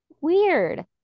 weird